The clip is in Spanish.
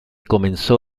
comenzó